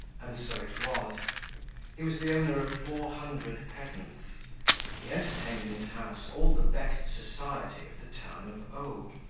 and so it was he was the owner of four hundred peasants he entertained in his house all the best society of the town of o,